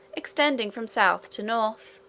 extending from south to north.